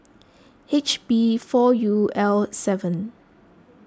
H B four U L seven